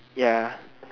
ya